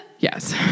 Yes